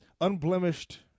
unblemished